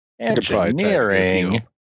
Engineering